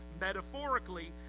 metaphorically